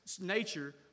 nature